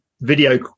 video